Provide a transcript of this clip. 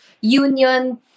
union